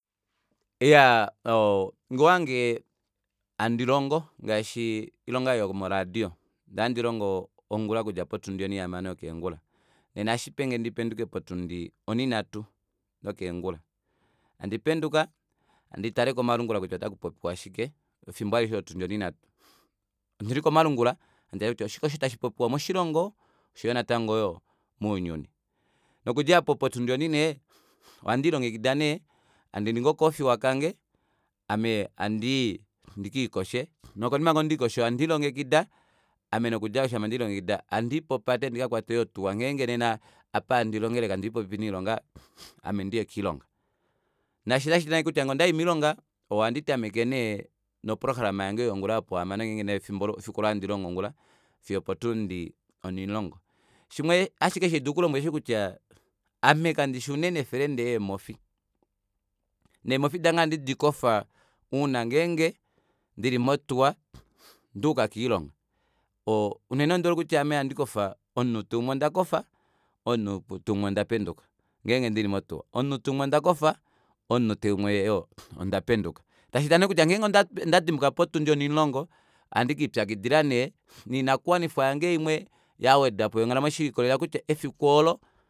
Iyaa oo ngee owahange handilongo ngaashi oilonga ayo yomoradio ndee ohandilongo ongula okudja potundi onihamano yokeengula nena ohashipenge ndipenduke potundi oninhatu yokeengula handi penduka handi tale komalungula kutya otakupopiwa shike efimbo alishe olo lotundi oninhatu ondili komalungula hadi tale kutya oshike osho tashipopiwa moshilongo oshoyo natango mounyuni nokudja aapo potundi oninhe ohandiilongekida nee handiningi okaofiwa kange me handii ndikiikoshe nokonima ngee ondelikosho handi longekida ame nokudja aapo shama ndelilongekida handii popate ndikakwate outwa ngeenge nena apa handi longele kandili popepi noilonga amendiye koilonga naashi nee ngee ondayi moilonga ohandi tameke nee noprograma yange yongula yopohamano ngenge efiku oolo ohandilongo ongula fiyo fiyo opotundi onimulongo shimwe ashike osho handi dulu okulombwela oshosho kutya ame kandishi unene ofelende yeemofi neemofi dange ohandi dikofa uuna ngenge ndili moutuwa ndayuka koilonga unene ondihole kutya ame ohandikofa omunute umwe ondakofa omunute umwe ondapenduka ngeenge ndili motuwa omunute umwe ondakofa omunute umwe ondapenduka kashina neekutya ngenge onda dimbuka potundi onimulungo ohandi kiipyakidila nee noinakuwanifwa yange imwe yawedwapo shelikolela kutya efiku oolo